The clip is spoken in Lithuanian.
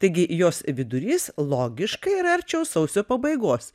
taigi jos vidurys logiškai yra arčiau sausio pabaigos